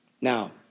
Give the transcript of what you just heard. Now